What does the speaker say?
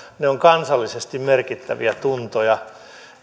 ne ovat kansallisesti merkittäviä tuntoja